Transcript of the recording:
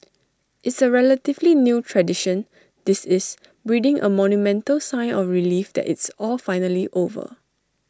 it's A relatively new tradition this is breathing A monumental sigh of relief that it's all finally over